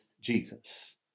Jesus